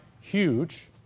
huge